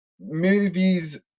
movies